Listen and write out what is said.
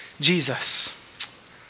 Jesus